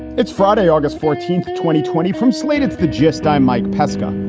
it's friday, august fourteenth, twenty twenty from slate, it's the gist. i'm mike pesca.